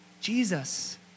Jesus